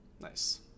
Nice